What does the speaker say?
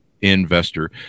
investor